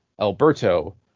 Alberto